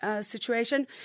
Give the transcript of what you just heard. situation